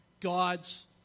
God's